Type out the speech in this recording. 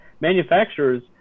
Manufacturers